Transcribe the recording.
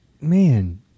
man